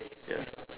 ya